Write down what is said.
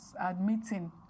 admitting